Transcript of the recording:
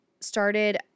started